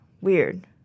weird